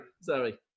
sorry